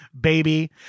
baby